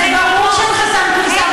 זה ברור שאין חסם כניסה,